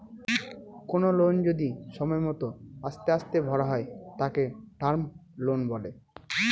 কোনো লোন যদি সময় মত আস্তে আস্তে ভরা হয় তাকে টার্ম লোন বলে